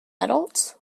adults